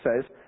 says